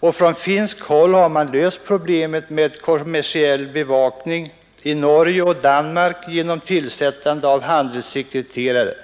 På finskt håll har man löst problemet med kommersiell bevakning i Norge och i Danmark genom tillsättande av handelssekreterare,